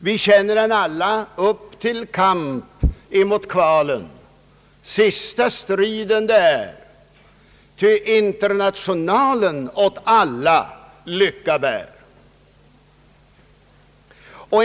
Vi känner den alla: Upp till kamp emot kvalen, sista striden det är, ty internationalen åt alla lycka bär.